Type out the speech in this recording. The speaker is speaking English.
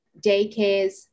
daycares